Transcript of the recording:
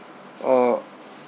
uh